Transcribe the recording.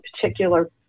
particular